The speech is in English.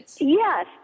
Yes